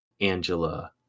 angela